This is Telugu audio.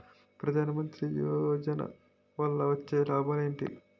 ప్రధాన మంత్రి యోజన వల్ల వచ్చే లాభాలు ఎంటి?